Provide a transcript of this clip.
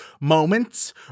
moments